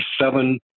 seven